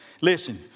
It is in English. Listen